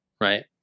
Right